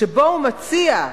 שבו הוא מציע,